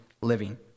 living